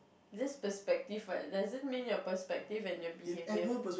this perspective right doesn't mean your perspective and your behaviour